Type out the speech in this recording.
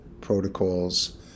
protocols